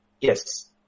Yes